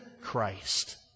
Christ